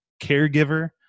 caregiver